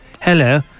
hello